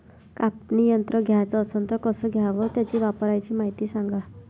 कापनी यंत्र घ्याचं असन त कस घ्याव? त्याच्या वापराची मायती सांगा